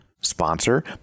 sponsor